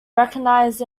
recognised